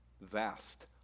vast